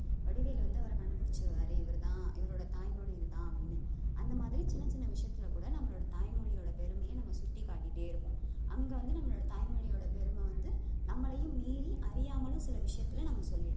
வடிவேலு வந்து அவரை கண்டுபிடிச்சிடுவாரு இவர் தான் இவரோடய தாய்மொழி இது தான் அப்படீன்னு அந்த மாதிரி சின்னச் சின்ன விஷயத்துல கூட நம்மளோடய தாய்மொழியோடய பெருமையை நம்ம சுட்டிக்காட்டிகிட்டே இருப்போம் அங்கே வந்து நம்மளோடய தாய்மொழியோடய பெருமை வந்து நம்மளையும் மீறி அறியாமலும் சில விஷயத்துல நம்ம சொல்லிடுறோம்